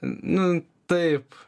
nu taip